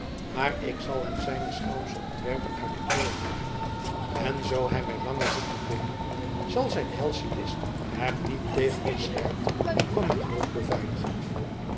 maar ik zal hem zijne schelmsche ontwerpen uit de keel halen en zoo hij mij langer zoekt te blinddoeken zal zijn helsche list hem niet tegen de scherpte van mijn dolk beveiligen